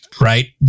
right